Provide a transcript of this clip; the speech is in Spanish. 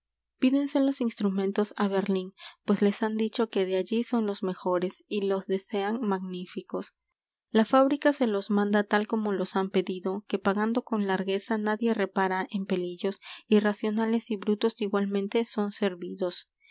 pídense los instrumentos á berlín pues les han dicho que de allí son los mejores y los desean magníficos la fábrica se los manda tal como los han pedido que pagando con largueza nadie repara en pelillos y racionales y brutos igualmente son servidos